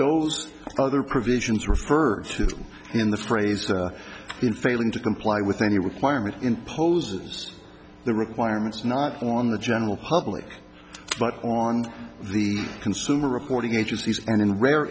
those other provisions referred to in the phrase that in failing to comply with any requirement imposes the requirements not on the general public but on the consumer reporting agencies and in rare